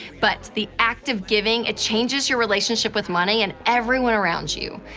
but the act of giving, it changes your relationship with money and everyone around you.